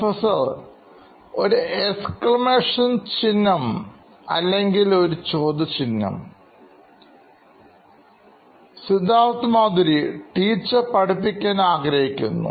Professor ഒരു exclamation ചിഹ്നം അല്ലെങ്കിൽ ഒരു ചോദ്യ ചിഹ്നം Siddharth Maturi CEO Knoin Electronics teacher പഠിപ്പിക്കാൻ ആരംഭിക്കുന്നു